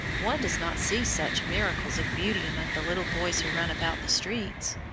one does not see such miracles of beauty among the little boys who run about the streets,